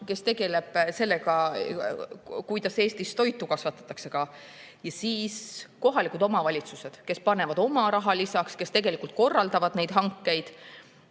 kes tegeleb sellega, kuidas Eestis toitu kasvatatakse. Siis kohalikud omavalitsused, kes panevad oma raha lisaks ja kes tegelikult korraldavad neid hankeid.